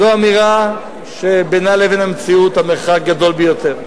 זו אמירה שבינה לבין המציאות המרחק גדול ביותר.